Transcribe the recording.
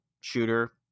shooter